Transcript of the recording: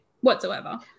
whatsoever